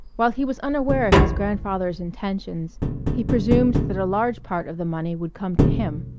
while he was unaware of his grandfather's intentions he presumed that a large part of the money would come to him.